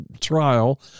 trial